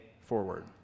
forward